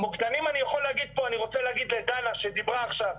המוקדמים אני רוצה להגיד לדנה שדיברה עכשיו,